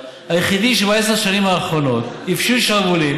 היחיד שבעשר השנים האחרונות הפשיל שרוולים